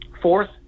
fourth